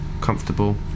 comfortable